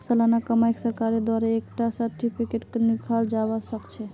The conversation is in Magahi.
सालाना कमाईक सरकारेर द्वारा एक टा सार्टिफिकेटतों लिखाल जावा सखछे